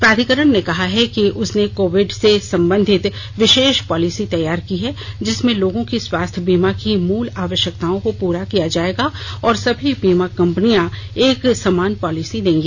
प्राधिकरण ने कहा है कि उसने कोविड से संबंधित विशेष पॉलिसी तैयार की है जिसमें लोगों की स्वास्थ्य बीमा की मूल आवश्यकताओं को पूरा किया जाएगा और सभी बीमा कंपनियां एक समान पॉलिसी देंगी